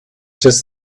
just